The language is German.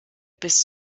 bis